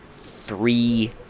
three